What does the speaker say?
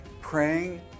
Praying